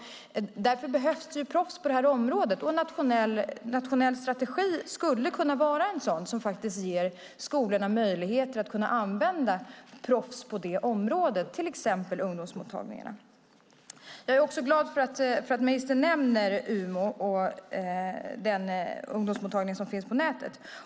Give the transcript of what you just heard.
Därför behövs det proffs på det här området. En nationell strategi skulle kunna vara något som faktiskt ger skolorna möjlighet att använda proffs på det området, till exempel ungdomsmottagningarna. Jag är också glad för att ministern nämner umo.se, den ungdomsmottagning som finns på nätet.